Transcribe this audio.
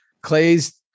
clay's